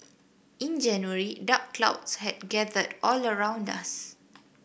in January dark clouds had gathered all around us